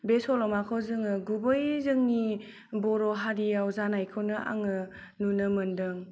बे सल'माखौ जोङो गुबै जोंनि बर' हारियाव जानायखौनो आङो नुनो मोनदों